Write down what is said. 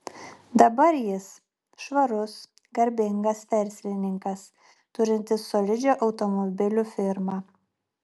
dabar jis švarus garbingas verslininkas turintis solidžią automobilių firmą